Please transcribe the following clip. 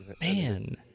Man